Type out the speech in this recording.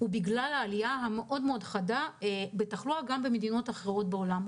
וזה בגלל העלייה המאוד מאוד חדה בתחלואה גם במדינות אחרות בעולם.